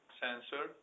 sensor